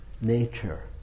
nature